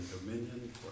dominion